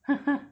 哈哈